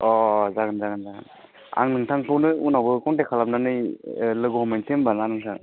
अ जागोन जागोन जागोन आं नोंथांखौनो उनावबो कन्टेक्ट खालामनानै लोगो हमहैनोसै ना होनबा नोंथां